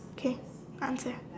okay answer